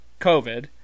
covid